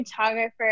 photographer